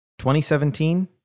2017